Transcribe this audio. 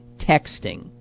texting